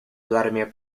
vladimir